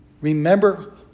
Remember